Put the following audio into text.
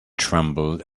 trembled